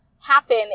happen